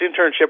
internship